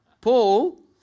Paul